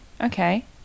Okay